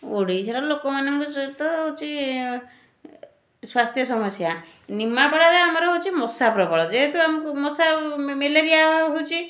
ଓଡ଼ିଶାରେ ଲୋକମାନଙ୍କ ସହିତ ହେଉଛି ଏ ସ୍ୱାସ୍ଥ୍ୟ ସମସ୍ୟା ନିମାପଡ଼ାରେ ଆମର ହେଉଛି ମଶା ପ୍ରବଳ ଯେହେତୁ ଆମକୁ ମଶା ମ୍ୟାଲେରିଆ ହେଉଛି